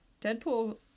Deadpool